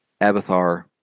Abathar